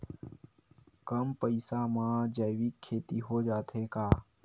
कम पईसा मा जैविक खेती हो जाथे का?